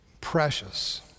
precious